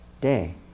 day